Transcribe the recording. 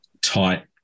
tight